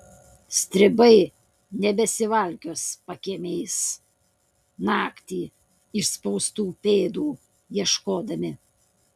stribai nebesivalkios pakiemiais naktį įspaustų pėdų ieškodami